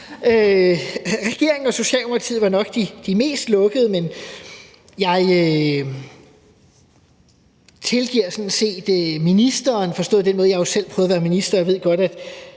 Regeringen og Socialdemokratiet var nok de mest lukkede, men jeg tilgiver sådan set ministeren, forstået på den måde, at jeg jo selv har prøvet at være minister,